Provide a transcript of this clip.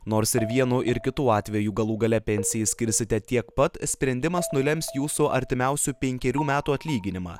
nors ir vienu ir kitu atveju galų gale pensijai skirsite tiek pat sprendimas nulems jūsų artimiausių penkerių metų atlyginimą